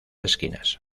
esquinas